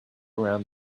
around